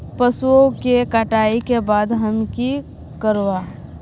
पशुओं के कटाई के बाद हम की करवा?